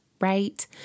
right